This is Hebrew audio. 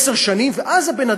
עשר שנים, ואז הבן-אדם,